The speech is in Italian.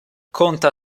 conta